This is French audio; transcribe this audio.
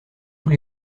tous